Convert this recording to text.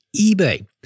eBay